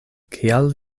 kial